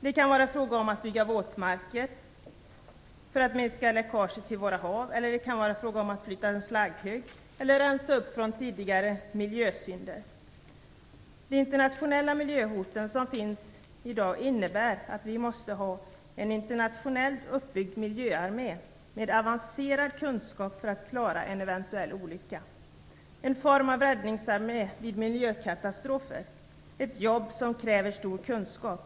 Det kan vara fråga om att bygga våtmarker för att minska läckaget till våra hav, att flytta en slagghög eller att rensa upp från tidigare miljösynder. De internationella miljöhoten som finns i dag innebär att vi också måste ha en internationellt uppbyggd miljöarmé med avancerad kunskap för att klara en eventuell olycka, en form av räddningsarmé vid miljökatastrofer. Det är ett jobb som kräver stor kunskap.